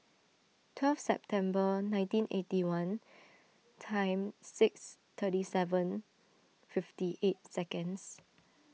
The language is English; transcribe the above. twelve September nineteen eighty one time six thirty seven fifty eight seconds